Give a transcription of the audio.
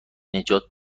نجات